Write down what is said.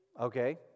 okay